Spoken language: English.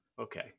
Okay